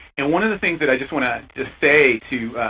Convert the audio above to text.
and one of the things that i just want to to say to,